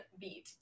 beat